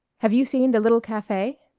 have you seen the little cafe.